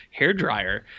hairdryer